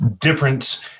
difference